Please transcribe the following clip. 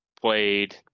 played